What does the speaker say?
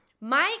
Mike